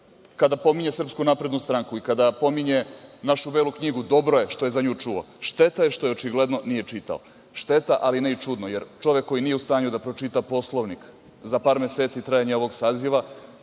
kada pominje SNS i kada pominje našu belu knjigu, dobro je što je za nju čuo, šteta je što je očigledno nije čitao. Šteta, ali ne i čudno, jer čovek koji nije u stanju da pročita Poslovnik za par meseci trajanja ovog saziva